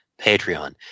Patreon